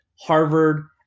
Harvard